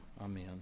Amen